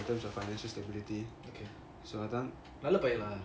in terms of financial stability so அதன்:athan